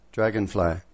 Dragonfly